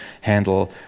handle